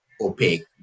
opaque